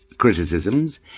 criticisms